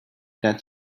that